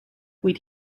kuid